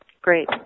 Great